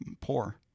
poor